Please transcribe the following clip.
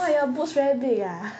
!wah! your boobs very big ah